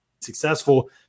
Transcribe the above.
successful